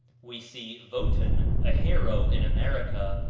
we see votan, a hero in america,